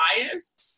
bias